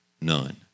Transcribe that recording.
none